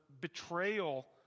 betrayal